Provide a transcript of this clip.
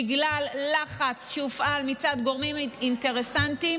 בגלל לחץ שהופעל מצד גורמים אינטרסנטיים,